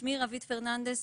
שמי רווית פרננדס,